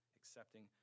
accepting